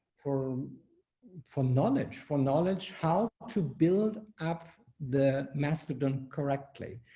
for for knowledge for knowledge, how to build up the master done correctly,